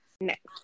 Next